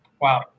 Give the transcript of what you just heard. wow